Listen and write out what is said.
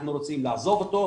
אנחנו רוצים לעזוב אותו,